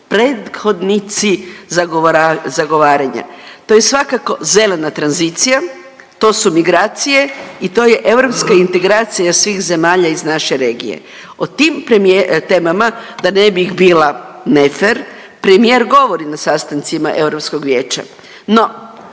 Prethodnici zagovaranja. To je svakako zelena tranzicija, to su migracije i to je europska integracija svih zemalja iz naše regije. O tim temama da ne bih bila ne fer, premijer govori na sastancima Europskog vijeća, no